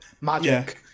Magic